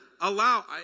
allow